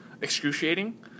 excruciating